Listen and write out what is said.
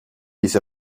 ise